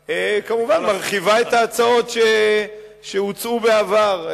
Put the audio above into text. כמובן, מרחיבה את ההצעות שהוצעו בעבר.